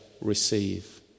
receive